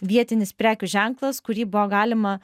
vietinis prekių ženklas kurį buvo galima